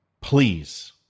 Please